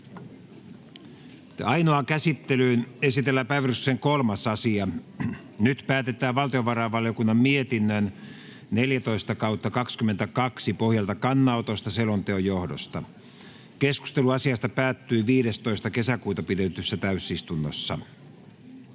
Ainoaan käsittelyyn esitellään päiväjärjestyksen 3. asia. Nyt päätetään valtiovarainvaliokunnan mietinnön VaVM 14/2022 vp pohjalta kannanotosta selonteon johdosta. Keskustelu asiasta päättyi 15.6.2022 pidetyssä täysistunnossa.